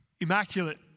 immaculate